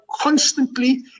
constantly